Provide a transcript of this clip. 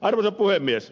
arvoisa puhemies